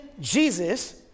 Jesus